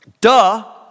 Duh